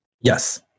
Yes